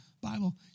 Bible